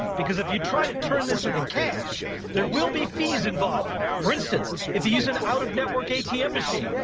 because if you try to turn this of the cash there will be fees involved for instance, if you use an out of network atm machine,